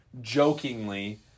jokingly